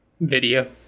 video